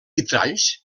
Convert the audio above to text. vitralls